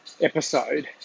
episode